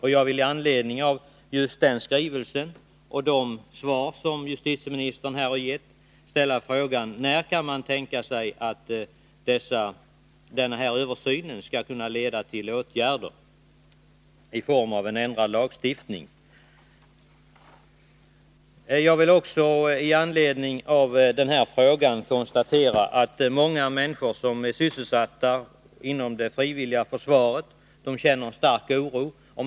Med anledning av den skrivelsen och de svar som justitieministern här har lämnat vill jag ställa frågan: När kan man tänka sig att denna översyn skall leda till åtgärder i form av ändrad lagstiftning? I det här sammanhanget vill jag också konstatera att många människor som är sysselsatta inom det frivilliga försvaret känner stark oro.